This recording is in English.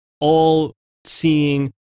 all-seeing